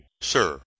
sir